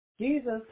Jesus